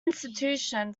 institution